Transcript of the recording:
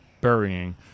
burying